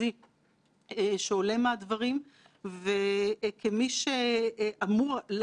אני רוצה לסיים ולהגיד עוד לא קראתי את הדוח אבל